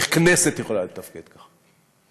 איך כנסת יכולה לתפקד ככה?